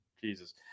Jesus